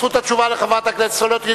זכות התשובה לחברת הכנסת סולודקין,